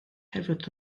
hefyd